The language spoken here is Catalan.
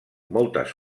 moltes